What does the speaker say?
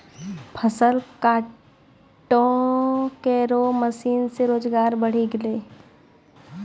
फसल काटै केरो मसीन सें रोजगार बढ़ी गेलै